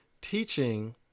Teaching